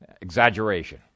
exaggeration